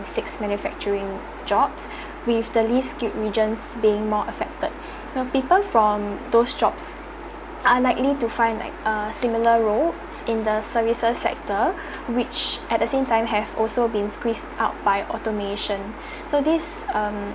six manufacturing jobs with the least skill regions being more affected people from those jobs are likely to find like uh similar role in the services sector which at the same time have also been squeezed out by automation so this um